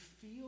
feel